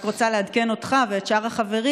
אני רק רוצה לעדכן אותך ואת שאר החברים,